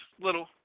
little